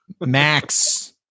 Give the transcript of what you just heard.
Max